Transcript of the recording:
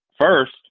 First